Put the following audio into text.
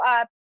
up